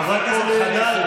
חברי הכנסת, חדל.